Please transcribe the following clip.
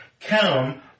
come